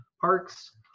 parks